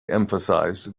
emphasized